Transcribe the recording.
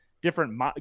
different